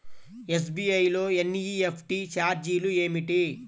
SBI లో NEFT ఛార్జీలు ఏమిటి?